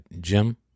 Jim